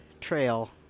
trail